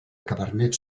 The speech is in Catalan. cabernet